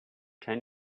ten